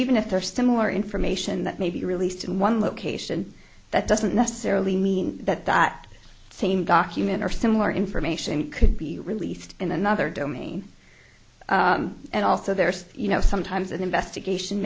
even if there are similar information that may be released in one location that doesn't necessarily mean that that same document or similar information could be released in another domain and also there's you know sometimes an investigation